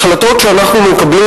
החלטות שאנחנו מקבלים,